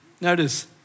Notice